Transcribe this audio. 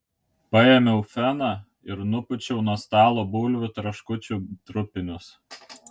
paėmiau feną ir nupūčiau nuo stalo bulvių traškučių trupinius